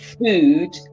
Food